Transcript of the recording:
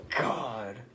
God